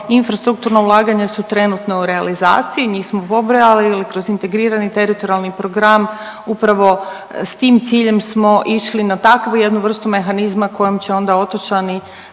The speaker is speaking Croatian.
infrastrukturna ulaganja su trenutno u realizaciji, njih smo pobrojali je li kroz integrirani teritorijalni program upravo s tim ciljem smo išli na takvu jednu vrstu mehanizma kojom će onda otočani